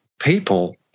people